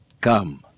Come